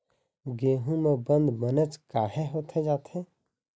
गेहूं म बंद बनेच काहे होथे जाथे?